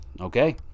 okay